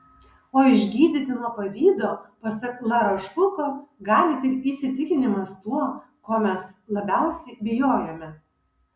o išgydyti nuo pavydo pasak larošfuko gali tik įsitikinimas tuo ko mes labiausiai bijojome